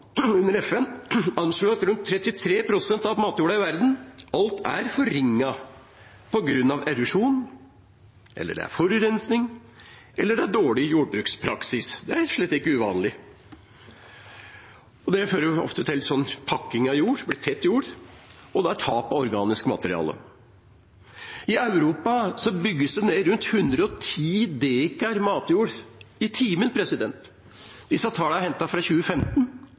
anslår at rundt 33 pst. av matjorda i verden allerede er forringet på grunn av erosjon, forurensning eller dårlig jordbrukspraksis. Det er slett ikke uvanlig, og det fører ofte til pakking av jord – tett jord – og tap av organisk materiale. I Europa bygges det ned rundt 110 dekar matjord i timen. Disse tallene er hentet fra 2015.